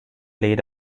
laid